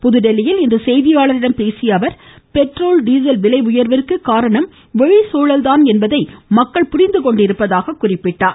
புதுதில்லியில் இன்று செய்தியாளர்களிடம் பேசிய அவர் பெட்ரோல் டீசல் விலை உயர்விற்கு காரணம் வெளிசூழல்தான் என்பதை மக்கள் புரிந்து கொண்டிருப்பதாக அவர் கூறினார்